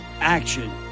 action